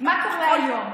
מה קורה היום?